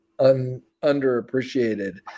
underappreciated